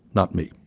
not me.